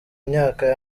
myaka